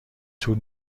طول